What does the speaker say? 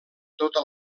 tota